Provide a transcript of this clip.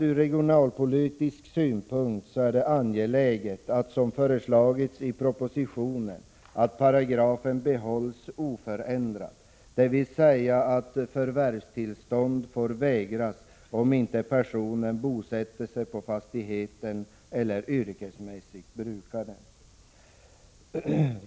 Ur regionalpolitisk synpunkt är det angeläget att, som föreslagits i propositionen, paragrafen behålls oförändrad, dvs. att förvärvstillstånd får vägras om inte personen bosätter sig på fastigheten eller yrkesmässigt brukar den. Jag yrkar avslag på reservationen.